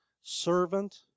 servant